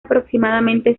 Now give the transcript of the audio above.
aproximadamente